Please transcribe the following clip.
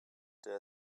there